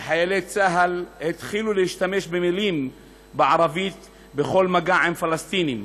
שחיילי צה"ל התחילו להשתמש במילים בערבית בכל מגע עם פלסטינים,